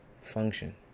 function